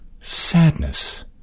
sadness